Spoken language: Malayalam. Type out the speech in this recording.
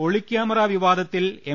ഒളിക്യാമറാ വിവാദത്തിൽ എം